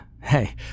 hey